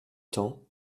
temps